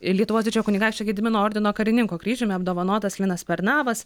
lietuvos didžiojo kunigaikščio gedimino ordino karininko kryžiumi apdovanotas linas pernavas